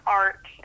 art